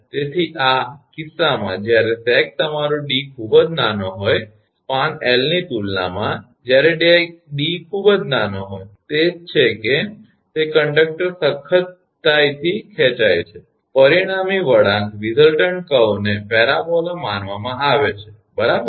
તેથી આ કિસ્સામાં જ્યારે સેગ તમારો 𝑑 ખૂબ જ નાનો હોય સ્પાન 𝐿 ની તુલનામાં જ્યારે 𝑑 ખૂબ જ નાનો હોય તે છે કે તે કંડક્ટર સખ્તાઇથી ખેંચાય છે પરિણામી વળાંકને પેરાબોલા માનવામાં આવે છે બરાબર